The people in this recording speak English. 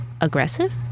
aggressive